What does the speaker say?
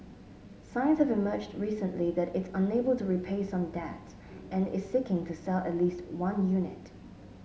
signs have emerged recently that it's unable to repay some debts and is seeking to sell at least one unit